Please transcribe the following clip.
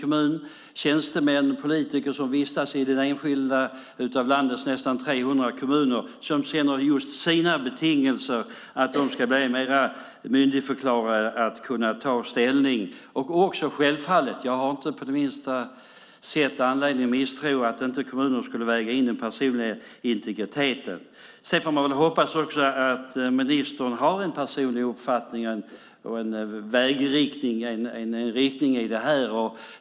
De tjänstemän och politiker som vistas i en av landets nästan 300 kommuner och känner just sina betingelser ska bli myndigförklarade och kunna ta ställning. Självfallet har jag inte på det minsta sätt anledning att tro att kommunerna inte skulle väga in den personliga integriteten. Sedan får man väl också hoppas att ministern har en personlig uppfattning och en vägriktning.